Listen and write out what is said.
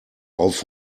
auf